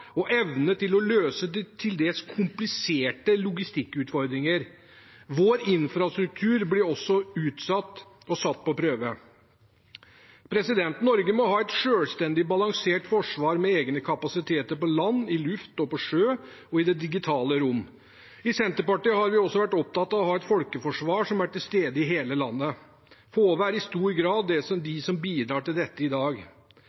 og evne til å løse de til dels kompliserte logistikkutfordringer. Vår infrastruktur blir også utsatt og satt på prøve. Norge må ha et selvstendig balansert forsvar med egne kapasiteter på land, i luft, på sjø og i det digitale rom. I Senterpartiet har vi også vært opptatt av å ha et folkeforsvar som er til stede i hele landet – i stor grad være de som bidrar til dette i dag.